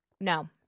No